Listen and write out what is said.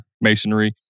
masonry